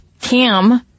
cam